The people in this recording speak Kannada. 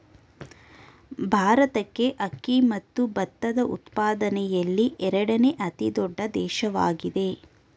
ಭಾರತಕ್ಕೆ ಅಕ್ಕಿ ಮತ್ತು ಭತ್ತದ ಉತ್ಪಾದನೆಯಲ್ಲಿ ಎರಡನೇ ಅತಿ ದೊಡ್ಡ ದೇಶವಾಗಿದೆ